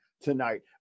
Tonight